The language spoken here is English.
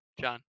John